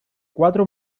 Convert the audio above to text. cuatro